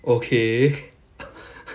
okay